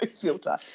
filter